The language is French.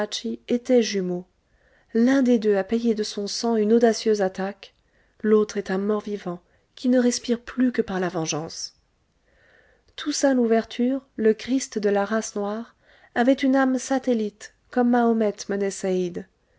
étaient jumeaux l'un des deux a payé de son sang une audacieuse attaque l'autre est un mort vivant qui ne respire plus que par la vengeance toussaint louverture le christ de la race noire avait une âme satellite comme mahomet